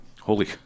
Holy